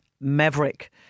Maverick